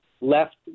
left